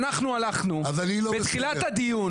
אנחנו הלכנו בתחילת הדיון,